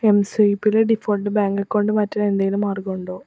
എംസ്വൈപ്പിലെ default bank account മാറ്റാൻ എന്തെങ്കിലും മാർഗമുണ്ടോ